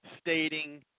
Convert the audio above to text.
stating